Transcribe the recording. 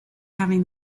having